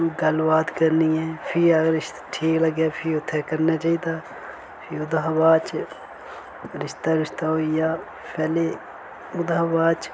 गल्लबात करनी ऐ फ्ही अगर रिश्ता ठीक लग्गेआ फ्ही उत्थै करना चाही दा फ्ही ओह्दे शा बाद च रिश्ता रूस्ता होई गेआ पैहले ओह्दे शा बाद च